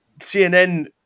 CNN